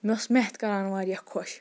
مےٚ اوس میتھ کَران واریاہ خۄش